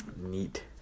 Neat